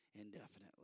indefinitely